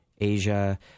Asia